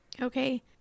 okay